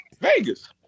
Vegas